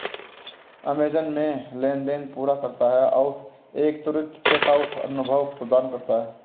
Amazon Pay लेनदेन पूरा करता है और एक त्वरित चेकआउट अनुभव प्रदान करता है